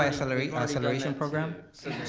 acceleration acceleration program.